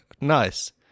Nice